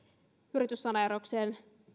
yrityssaneeraukseen